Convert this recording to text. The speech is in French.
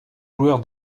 joueur